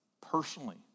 personally